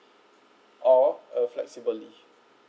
or a flexible leave